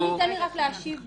תן לי רק להשיב משפט.